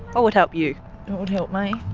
what would help you? what would help me?